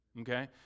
okay